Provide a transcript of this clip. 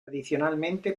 adicionalmente